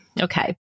Okay